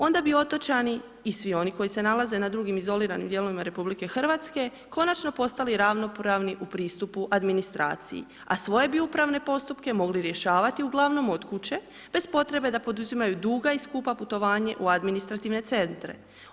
Onda bi otočani i svi oni koji se nalaze na drugim izoliranim dijelovima RH, konačno postali ravnopravni u pristupu administraciji a svoje bi uprave postupke mogli rješavati uglavnom od kuće bez potrebe da poduzimaju duga i skupa putovanja u administrativne centre.